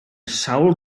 sawl